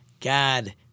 God